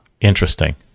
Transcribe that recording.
Interesting